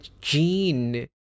gene